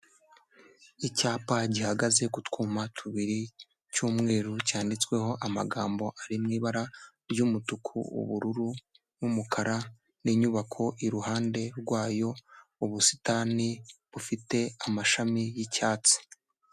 Icyapa gihagaze ku twuma tubiri cy'umweru cyanditsweho amagambo ari mu ibara ry'umutuku, ubururu n'umukara, ni inyubako iruhande rwayo, ubusitani bufite amashami y'icyatsi.